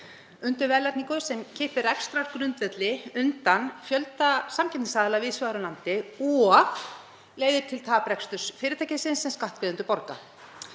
undirverðlagningar sem kippir rekstrargrundvelli undan fjölda samkeppnisaðila víðs vegar um landið og leiðir til tapreksturs fyrirtækisins sem skattgreiðendur borga.